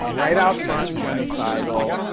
right out front genocidal.